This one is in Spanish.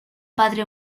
padre